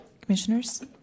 commissioners